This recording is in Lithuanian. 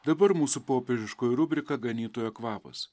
dabar mūsų popiežiškoji rubrika ganytojo kvapas